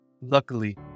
Luckily